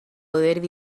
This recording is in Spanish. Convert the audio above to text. derby